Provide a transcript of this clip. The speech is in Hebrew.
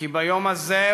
כי ביום הזה,